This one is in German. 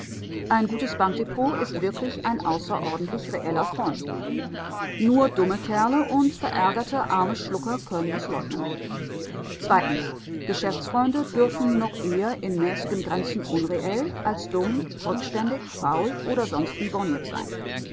ein gutes bankdepot ist wirklich ein außerordentlich reeller freund nur dumme kerle und verärgerte arme schlucker können es leugnen zweitens geschäftsfreunde dürfen noch eher in mäßigen grenzen unreell als dumm rückständig faul oder sonstwie borniert sein